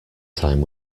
time